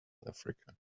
africa